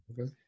Okay